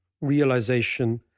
realization